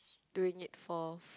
doing it for